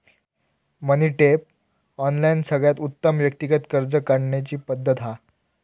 मनी tap, online सगळ्यात उत्तम व्यक्तिगत कर्ज काढण्याची पद्धत हा